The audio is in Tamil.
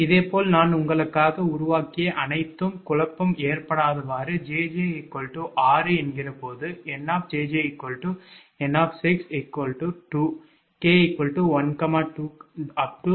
இதேபோல் நான் உங்களுக்காக உருவாக்கிய அனைத்தும் குழப்பம் ஏற்படாதவாறு 𝑗𝑗 6 போது 𝑁 𝑗𝑗 𝑁 2 𝑘 12